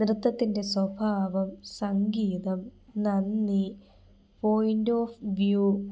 നൃത്തത്തിൻ്റെ സ്വഭാവം സംഗീതം നന്ദി പോയിൻറ് ഓഫ് വ്യൂ